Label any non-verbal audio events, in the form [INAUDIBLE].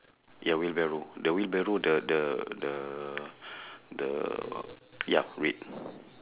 ya wheelbarrow the wheelbarrow the the the [BREATH] the ya red